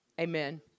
Amen